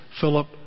Philip